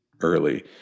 early